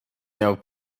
miał